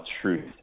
truth